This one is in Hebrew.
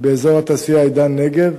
באזור התעשייה "עידן הנגב"